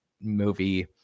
movie